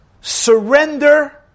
surrender